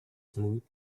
smooth